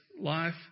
life